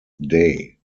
day